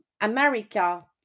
America